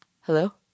Hello